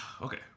Okay